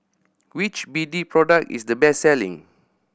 which B D product is the best selling